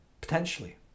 potentially